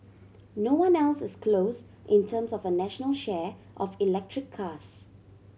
no one else is close in terms of a national share of electric cars